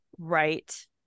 Right